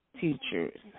teachers